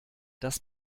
das